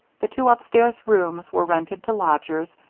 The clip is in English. the two upstairs rooms were rented to lodgers,